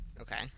Okay